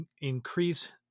increase